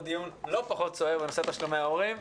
דיון לא פחות סוער בנושא תשלומי הורים.